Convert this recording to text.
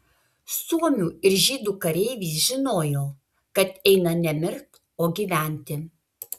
suomių ir žydų kareivis žinojo kad eina ne mirt o gyventi